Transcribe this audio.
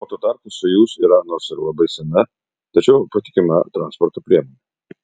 o tuo tarpu sojuz yra nors ir labai sena tačiau patikima transporto priemonė